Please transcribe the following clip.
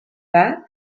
that